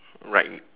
right